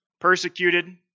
Persecuted